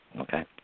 Okay